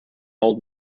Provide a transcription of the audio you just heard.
old